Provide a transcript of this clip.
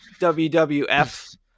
WWF